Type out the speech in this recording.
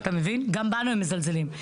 אתה מבין גם בנו הם מזלזלים,